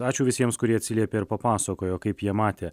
ačiū visiems kurie atsiliepė ir papasakojo kaip jie matė